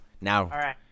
Now